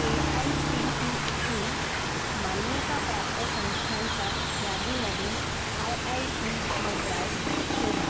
A I C T E मान्यताप्राप्त संस्थांच्या यादीमधे आय आय टी मद्रास शोधा